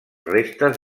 restes